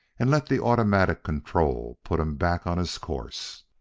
and let the automatic control put him back on his course.